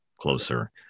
closer